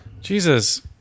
jesus